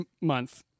month